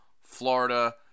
Florida